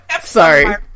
Sorry